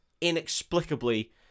inexplicably